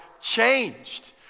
changed